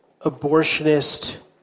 abortionist